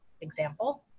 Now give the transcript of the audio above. example